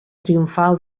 triomfal